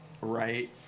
right